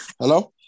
hello